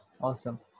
Awesome